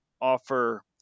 offer